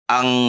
Ang